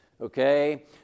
okay